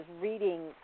reading